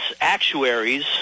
actuaries